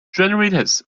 generators